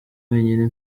wenyine